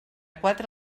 quatre